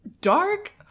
dark